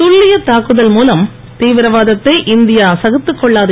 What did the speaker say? துல்லியத் தாக்குதல் மூலம் தீவிரவாதத்தை இந்தியா சகித்துக்கொள்ளாது